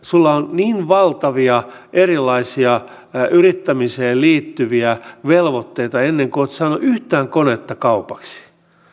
sinulla on niin valtavia erilaisia yrittämiseen liittyviä velvoitteita ennen kuin olet saanut yhtään konetta kaupaksi